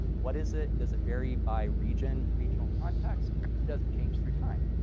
what is it? does it vary by region, regional context? and does it change through time?